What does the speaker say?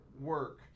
work